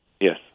Yes